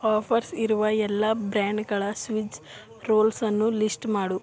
offers ಇರುವ ಎಲ್ಲ ಬ್ರ್ಯಾಂಡ್ಗಳ ಸ್ವಿಜ್ ರೋಲ್ಸ್ ಅನ್ನು ಲಿಸ್ಟ್ ಮಾಡು